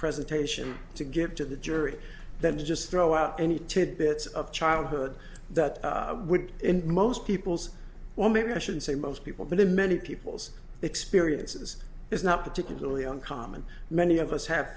presentation to get to the jury than to just throw out any tidbits of childhood that would in most people's well maybe i should say most people but in many people's experiences is not particularly uncommon many of us have